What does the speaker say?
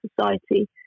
society